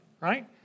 right